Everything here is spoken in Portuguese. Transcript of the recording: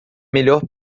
melhor